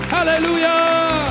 Hallelujah